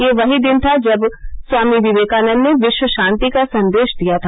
यह वही दिन था जब स्वामी विवेकानंद ने विश्व शांति का संदेश दिया था